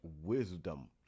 wisdom